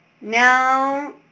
now